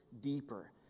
deeper